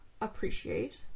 appreciate